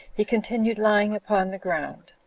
he continued lying upon the ground.